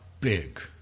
big